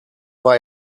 war